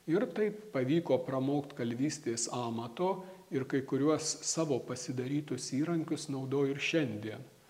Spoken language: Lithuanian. ir taip pavyko pramokt kalvystės amato ir kai kuriuos savo pasidarytus įrankius naudoju ir šiandien